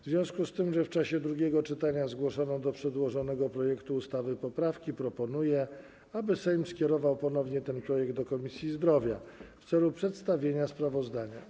W związku z tym, że w czasie drugiego czytania zgłoszono do przedłożonego projektu ustawy poprawki, proponuję, aby Sejm skierował ponownie ten projekt do Komisji Zdrowia w celu przedstawienia sprawozdania.